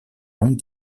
longues